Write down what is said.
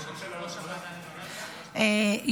יושב-ראש ועדת החוקה,